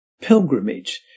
pilgrimage